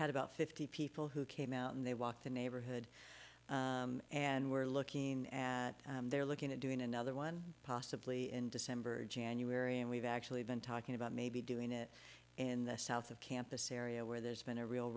had about fifty people who came out and they walked the neighborhood and were looking at they're looking at doing another one possibly in december or january and we've actually been talking about maybe doing it in the south of campus area where there's been a real